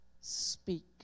speak